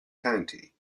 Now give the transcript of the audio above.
county